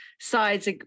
sides